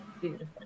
Beautiful